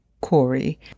Corey